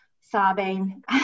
sobbing